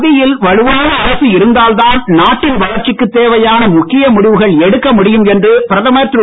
மத்தியில் வலுவான அரசு இருந்தால்தான் நாட்டின் வளர்ச்சிக்குத் தேவையான முக்கிய முடிவுகள் எடுக்க முடியும் என்று பிரதமர் திரு